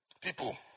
people